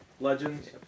legends